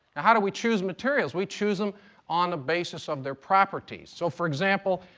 how do we choose materials? we choose them on the basis of their properties. so, for example,